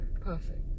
Perfect